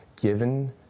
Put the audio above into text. given